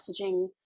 messaging